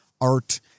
art